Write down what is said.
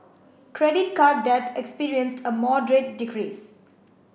credit card debt experienced a moderate decrease